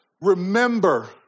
remember